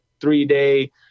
three-day